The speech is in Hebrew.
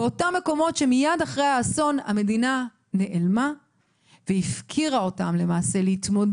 באותם מקומות שבהם מיד אחרי האסון המדינה נעלמה והפקירה אותם להתמודד.